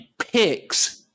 Picks